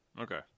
Okay